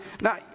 now